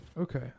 Okay